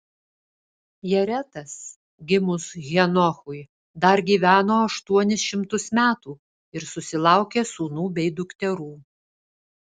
jaretas gimus henochui dar gyveno aštuonis šimtus metų ir susilaukė sūnų bei dukterų